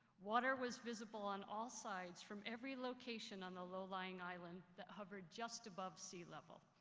water was visible on all sides from every location on the low-lying island that hovered just above sea-level.